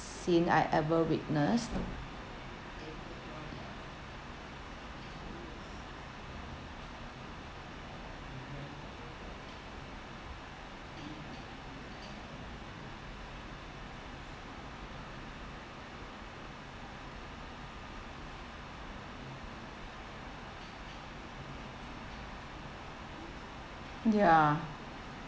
scene I ever witnessed ya